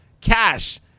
Cash